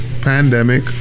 Pandemic